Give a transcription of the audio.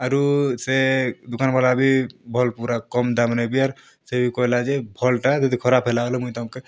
ଆରୁ ସେ ଦୁକାନ୍ ଵାଲା ବି ଭଲ୍ ପୁରା କମ୍ ଦାମ୍ ନେବି ଆର୍ ସେଇ କହିଲା ଯେ ଭଲ୍ ଟା ଯଦି ଖରାପ୍ ହେଲା ବୋଲେ ମୁଇଁ ତମକେ